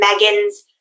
Megan's